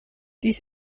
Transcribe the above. dies